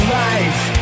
life